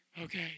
Okay